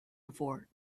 before